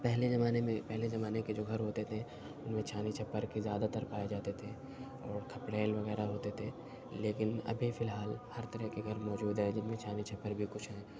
پہلے زمانے میں پہلے زمانے کے جو گھر ہوتے تھے ان میں چھاؤنی چھپر کے زیادہ تر پائے جاتے تھے اور کھپریل وغیرہ ہوتے تھے لیکن ابھی فی الحال ہر طرح کے گھر موجود ہیں جن میں چھاؤنی چھپر بھی کچھ ہیں